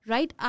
Right